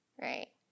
right